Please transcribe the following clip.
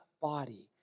body